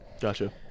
Gotcha